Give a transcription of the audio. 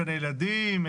גני ילדים,